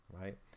right